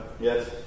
yes